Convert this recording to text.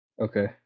okay